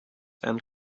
and